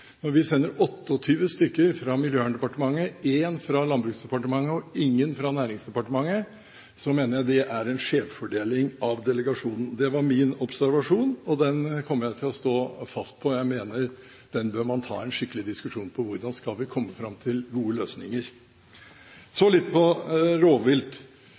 Når vi sender 28 stykker fra Miljøverndepartementet, én fra Landbruksdepartementet og ingen fra Næringsdepartementet, mener jeg at det er en skjevfordeling av delegasjonen. Det var min observasjon, og den kommer jeg til å stå fast på. Jeg mener at man må ta en skikkelig diskusjon på hvordan vi skal komme fram til gode løsninger. Så litt om rovvilt.